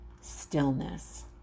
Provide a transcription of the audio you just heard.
stillness